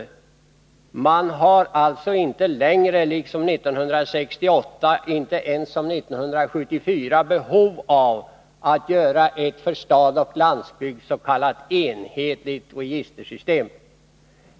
Man har alltså inte längre som 1968 eller som 1974 behov av att göra ett för stad och landsbygd s.k. enhetligt registersystem.